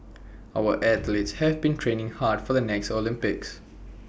our athletes have been training hard for the next Olympics